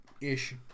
Ish